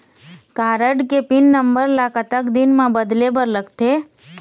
Card के pin number ला कतक दिन म बदले बर लगथे?